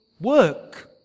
work